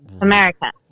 America